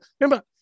remember